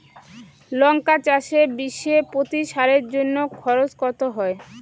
লঙ্কা চাষে বিষে প্রতি সারের জন্য খরচ কত হয়?